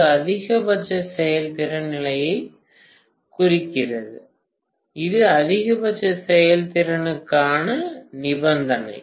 இது அதிகபட்ச செயல்திறன் நிலையைக் குறிக்கிறது இது அதிகபட்ச செயல்திறனுக்கான நிபந்தனை